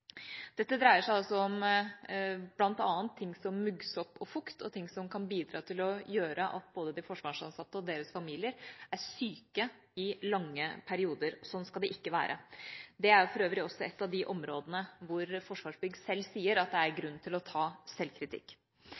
Dette dreier seg bl.a. om ting som muggsopp og fukt, og ting som kan bidra til å gjøre at både de forsvarsansatte og deres familier er syke i lange perioder. Sånn skal det ikke være. Det er for øvrig også et av de områdene hvor Forsvarsbygg selv sier at det er grunn til å ta selvkritikk.